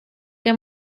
que